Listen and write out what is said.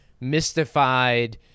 mystified